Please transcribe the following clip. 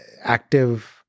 active